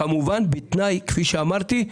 כפי שאמרתי,